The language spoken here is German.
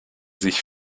sich